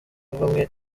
bamwe